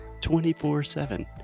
24-7